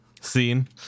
scene